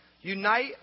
Unite